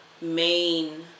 main